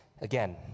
Again